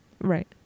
Right